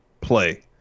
play